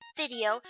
video